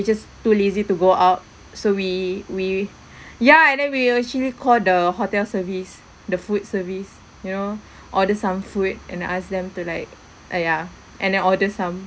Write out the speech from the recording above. just too lazy to go out so we we ya and then we actually call the hotel service the food service you know order some food and then ask them to like uh ya and then order some